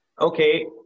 Okay